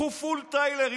קחו פול-טריילרים,